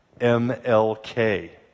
M-L-K